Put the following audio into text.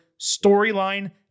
storyline